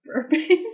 burping